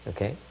Okay